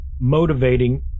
motivating